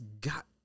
got